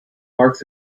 marks